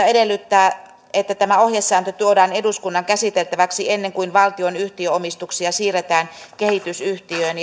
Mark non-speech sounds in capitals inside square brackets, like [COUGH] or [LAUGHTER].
[UNINTELLIGIBLE] edellyttää että tämä ohjesääntö tuodaan eduskunnan käsiteltäväksi ennen kuin valtion yhtiöomistuksia siirretään kehitysyhtiöön [UNINTELLIGIBLE]